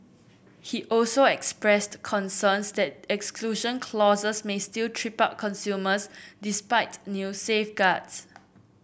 he also expressed concerns that exclusion clauses may still trip up consumers despite new safeguards